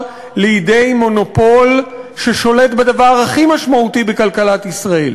לידי מונופול ששולט בדבר הכי משמעותי בכלכלת ישראל.